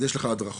אז יש לך הדרכות,